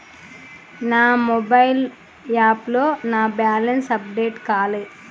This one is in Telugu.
నా మొబైల్ యాప్లో నా బ్యాలెన్స్ అప్డేట్ కాలే